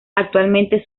actualmente